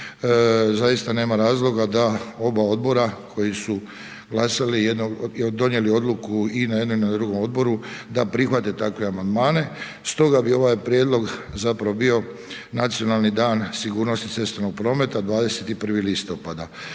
zaista nema razloga da oba odbora koji su donijeli odluku i na jednom i drugom odboru da prihvate takve amandmane. Stoga bi ovaj prijedlog zapravo bio Nacionalni dan sigurnosti cestovnog prometa 21. listopada.